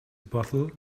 bottle